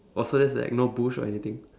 or so there's like no bush or anything